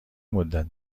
مدت